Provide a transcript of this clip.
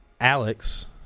Alex